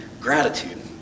gratitude